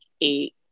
eight